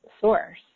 source